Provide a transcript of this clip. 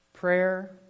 Prayer